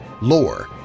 lore